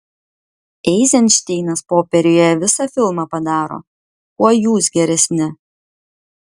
eizenšteinas popieriuje visą filmą padaro kuo jūs geresni